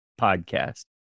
podcast